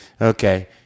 okay